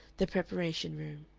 the preparation-room.